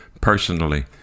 personally